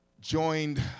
joined